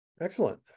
Excellent